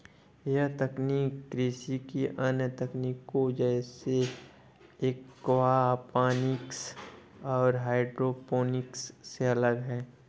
यह तकनीक कृषि की अन्य तकनीकों जैसे एक्वापॉनिक्स और हाइड्रोपोनिक्स से अलग है